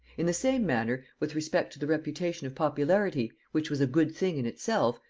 in the same manner, with respect to the reputation of popularity, which was a good thing in itself,